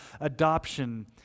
adoption